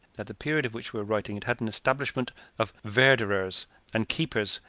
at the period of which we are writing, it had an establishment of verderers and keepers,